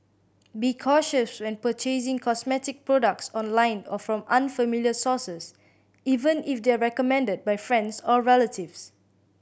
be cautious when purchasing cosmetic products online or from unfamiliar sources even if they are recommended by friends or relatives